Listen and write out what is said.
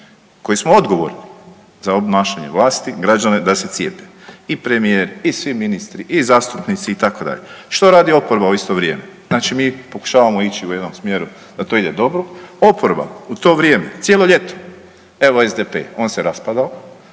koji smo odgovorni za obnašanje vlasti građane da se cijepe i premijer i svi ministri i zastupnici itd. Što radi oporba u isto vrijeme? Znači mi pokušavamo ići u jednom smjeru da to ide dobro. Oporba u to vrijeme cijelo ljeto evo SDP on se raspadao,